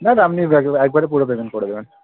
না না আপনি এক একবারে করে দেবেন পরে দেবেন